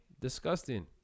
Disgusting